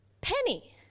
Penny